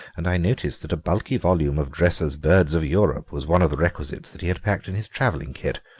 and i noticed that a bulky volume of dresser's birds of europe was one of the requisites that he had packed in his travelling-kit.